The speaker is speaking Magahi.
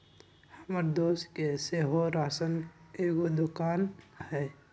हमर दोस के सेहो राशन के एगो दोकान हइ